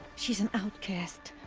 she's an outcast.